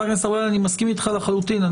אני מסכים אתך לחלוטין,